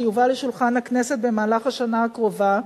שיובא לשולחן הכנסת במהלך השנה הקרובה,